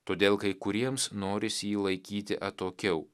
todėl kai kuriems norisi jį laikyti atokiau